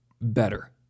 better